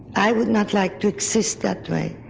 i would not like to exist that way.